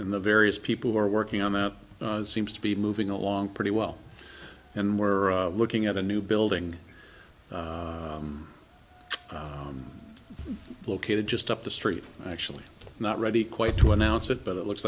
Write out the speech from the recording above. in the various people who are working on that seems to be moving along pretty well and we're looking at a new building located just up the street actually not ready quite to announce it but it looks